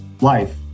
life